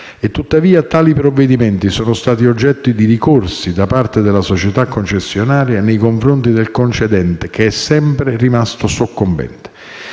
Tuttavia, tali provvedimenti sono stati oggetto di ricorsi da parte della società concessionaria nei confronti del concedente, che è sempre rimasto soccombente.